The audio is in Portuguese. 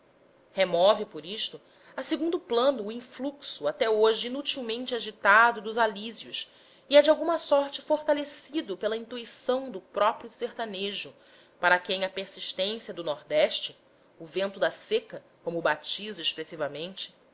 remove por isto a segundo plano o influxo até hoje inutilmente agitado dos alísios e é de alguma sorte fortalecido pela intuição do próprio sertanejo para quem a persistência do nordeste o vento da seca como o batiza expressivamente